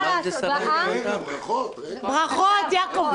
ערב טוב לכל חברי הכנסת המכובדים ולצוותים.